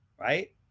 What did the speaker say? right